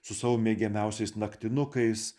su savo mėgiamiausiais naktinukais